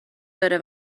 داره